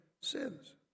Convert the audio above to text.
sins